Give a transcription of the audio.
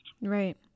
Right